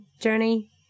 journey